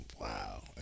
Wow